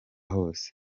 hose